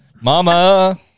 Mama